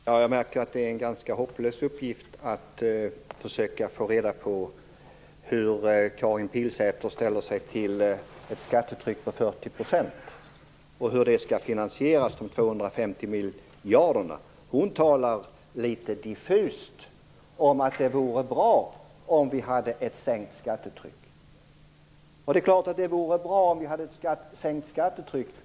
Herr talman! Jag märker att det är en ganska hopplös uppgift att försöka få reda på hur Karin Pilsäter ställer sig till ett skattetryck på 40 % och hur det skall finansieras, dvs. de 250 miljarderna. Hon talar litet diffust om att det vore bra om vi fick ett sänkt skattetryck. Det är klart att det vore bra om vi fick ett sänkt skattetryck.